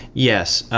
yes,